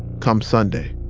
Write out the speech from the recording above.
come sunday.